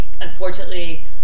unfortunately